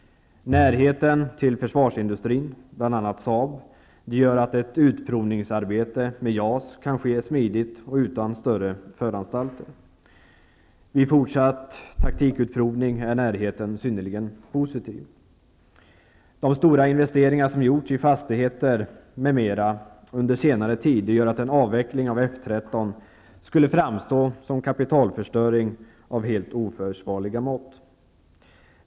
Närheten till försvarsindustrin, bl.a. SAAB, gör att ett utprovningsarbete med JAS kan ske smidigt och utan större föranstalter. Vid fortsatt taktikutprovning är närheten synnerligen positiv. De investeringar som gjorts i fastigheter m.m. på senare tid gör att en avveckling av F 13 skulle framstå som kapitalförstöring av helt oförsvarliga mått.